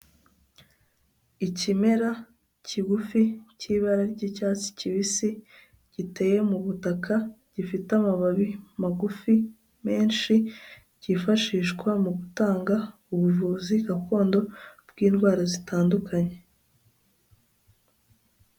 Ikimera kigufi, cy'ibara ry'icyatsi kibisi, giteye mu butaka, gifite amababi magufi, menshi, cyifashishwa mu gutanga ubuvuzi gakondo bw'indwara zitandukanye.